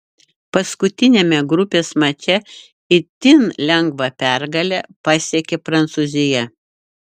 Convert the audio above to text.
paskutiniame grupės mače itin lengvą pergalę pasiekė prancūzija